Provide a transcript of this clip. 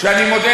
כשאתם מדברים